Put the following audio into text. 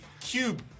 cube